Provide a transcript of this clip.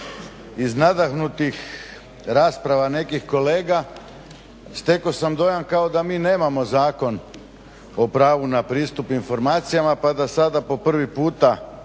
Iz nadahnutih rasprava nekih kolega stekao sam dojam kao da mi nemamo Zakon o pravu na pristup informacijama pa da sada po prvi puta